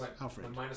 Alfred